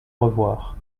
revoir